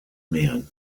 man